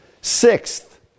Sixth